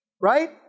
Right